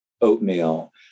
oatmeal